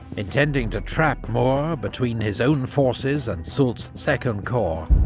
intending to trap moore between his own forces and soult's second corps,